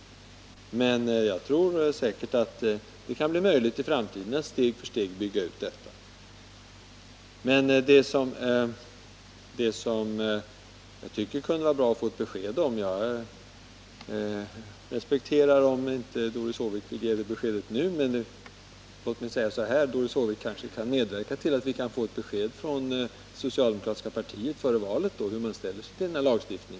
Men jag tror att det i framtiden säkert kan bli möjligt att steg för steg bygga ut stödet. Det skulle ha varit bra om vi hade fått ett besked om huruvida socialdemokraterna tänker avskaffa denna lagstiftning eller inte. Jag respekterar om Doris Håvik inte vill ge det beskedet nu, men hon kanske kan medverka till att vi före valet får ett besked från det socialdemokratiska partiet om hur det ställer sig till denna lagstiftning.